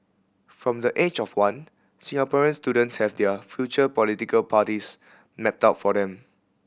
from the age of one Singaporean students have their future political parties mapped out for them